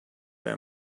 were